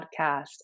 podcast